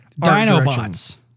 Dinobots